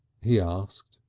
he asked,